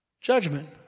Judgment